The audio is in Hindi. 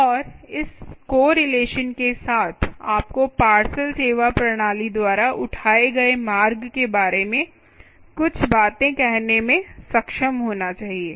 और इस कोरिलेशन के साथ आपको पार्सल सेवा प्रणाली द्वारा उठाए गए मार्ग के बारे में कुछ बातें कहने में सक्षम होना चाहिए